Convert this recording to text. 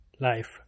life